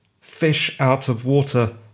fish-out-of-water